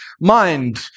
mind